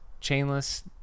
chainless